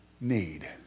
need